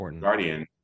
Guardian